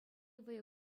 вӑйӑ